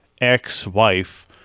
ex-wife